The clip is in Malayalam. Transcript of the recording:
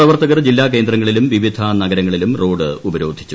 പ്രവർത്തകർ ജില്ലാ കേന്ദ്രങ്ങളിലും വിവിധ നഗരങ്ങളിലും റോഡ് ഉപരോധിച്ചു